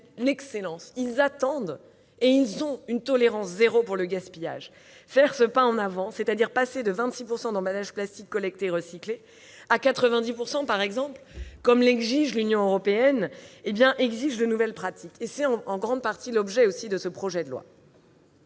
l'excellence et ils ont une tolérance zéro pour le gaspillage. Faire ce pas en avant, c'est-à-dire passer de 26 % d'emballages plastiques collectés et recyclés à 90 %, conformément aux exigences de l'Union européenne, cela impose de nouvelles pratiques. Tel est en grande partie l'objet de ce projet de loi.